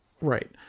Right